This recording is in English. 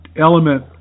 element